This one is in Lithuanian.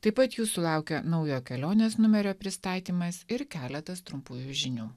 taip pat jūsų laukia naujo kelionės numerio pristatymas ir keletas trumpųjų žinių